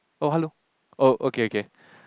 oh hello oh okay okay